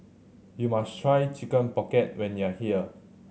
you must try Chicken Pocket when you are here